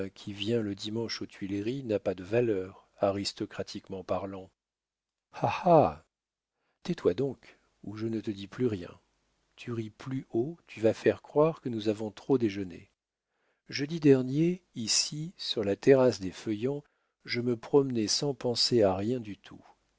qui vient le dimanche aux tuileries n'a pas de valeur aristocratiquement parlant ha ha tais-toi donc ou je ne te dis plus rien tu ris trop haut tu vas faire croire que nous avons trop déjeuné jeudi dernier ici sur la terrasse des feuillants je me promenais sans penser à rien du tout